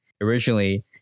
originally